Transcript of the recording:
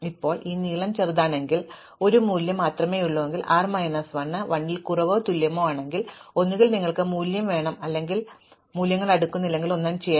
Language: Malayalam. ഇപ്പോൾ ഈ നീളം ചെറുതാണെങ്കിൽ എനിക്ക് ഒരു മൂല്യം മാത്രമേയുള്ളൂ r മൈനസ് l 1 ൽ കുറവോ തുല്യമോ ആണെങ്കിൽ ഒന്നുകിൽ നിങ്ങൾക്ക് മൂല്യം വേണം അല്ലെങ്കിൽ എനിക്ക് മൂല്യങ്ങൾ അടുക്കുന്നില്ലെങ്കിൽ ഞാൻ ഒന്നും ചെയ്യുന്നില്ല